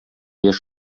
яшь